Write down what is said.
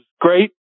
great